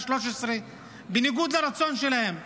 ולשכונה 13 בניגוד לרצון שלהם.